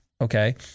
Okay